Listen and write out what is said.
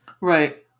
Right